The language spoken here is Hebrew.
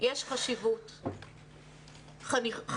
יש חשיבות חינוכית